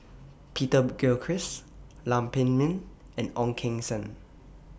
Peter Gilchrist Lam Pin Min and Ong Keng Sen